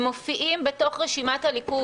הם מופיעים בתוך רשימת הליכוד.